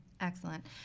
Excellent